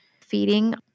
feeding